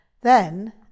Then